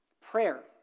Prayer